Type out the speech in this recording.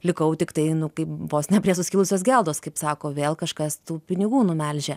likau tiktai nu kaip vos ne prie suskilusios geldos kaip sako vėl kažkas tų pinigų numelžė